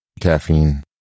Caffeine